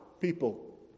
people